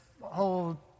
whole